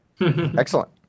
Excellent